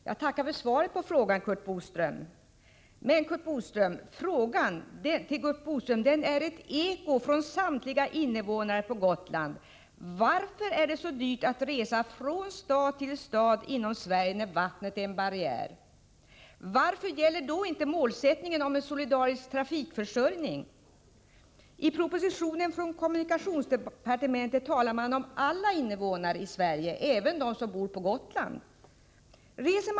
Fru talman! Jag tackar Curt Boström för svaret på frågan. Frågan till Curt Boström är ett eko från samtliga invånare på Gotland. Varför är det så dyrt att resa från stad till stad inom Sverige när vattnet är en barriär? Varför gäller inte då målsättningen om en solidarisk trafikförsörjning? I propositionen från kommunikationsdepartementet talar man om alla invånare, även dem som bor på Gotland.